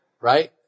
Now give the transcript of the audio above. right